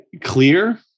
clear